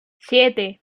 siete